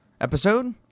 episode